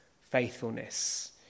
faithfulness